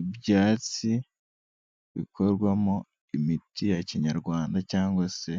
Ibyatsi bikorwamo imiti ya kinyarwanda cyangwa se